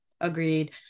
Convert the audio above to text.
agreed